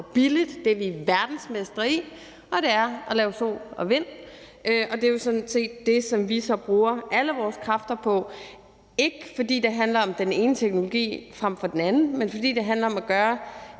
billigst, og som vi er verdensmestre i, og det er at lave energi på sol og vind, og det er jo sådan set det, som vi så bruger alle vores kræfter på – ikke fordi det handler om den ene teknologi frem for den anden, men fordi det handler om at gøre